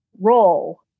role